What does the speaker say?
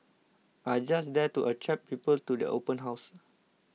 are just there to attract people to the open house